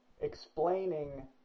Explaining